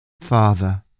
Father